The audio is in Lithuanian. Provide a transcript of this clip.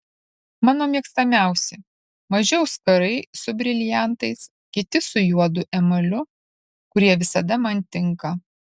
mano mėgstamiausi maži auskarai su briliantais kiti su juodu emaliu kurie visada man tinka